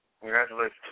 Congratulations